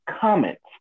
comments